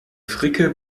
fricke